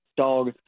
Dog